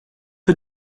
peu